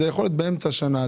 זה יכול להיות באמצע השנה,